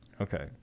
Okay